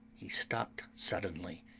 he stopped suddenly,